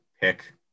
pick